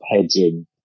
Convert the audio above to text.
hedging